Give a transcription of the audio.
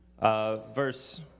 verse